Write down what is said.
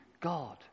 God